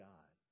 God